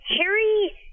Harry